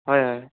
হয় হয়